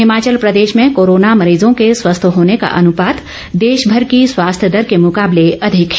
हिमाचल प्रदेश में कोरोना मरीजों के स्वस्थ होने का अनुपात देश भर की स्वास्थ्य दर के मुकाबले अधिक है